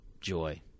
joy